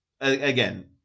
Again